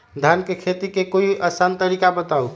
धान के खेती के कोई आसान तरिका बताउ?